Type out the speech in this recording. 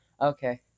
Okay